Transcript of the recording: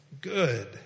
good